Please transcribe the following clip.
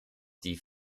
die